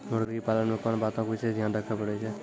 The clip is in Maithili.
मुर्गी पालन मे कोंन बातो के विशेष ध्यान रखे पड़ै छै?